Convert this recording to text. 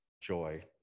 joy